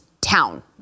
town